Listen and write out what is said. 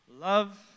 Love